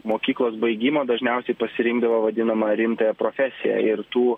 mokyklos baigimo dažniausiai pasirinkdavo vadinamą rimtąją profesiją ir tų